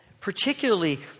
particularly